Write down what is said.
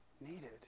needed